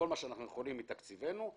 שאנחנו יכולים מתקציבנו.